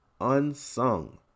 unsung